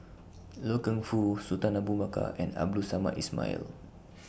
Loy Keng Foo Sultan Abu Bakar and Abdul Samad Ismail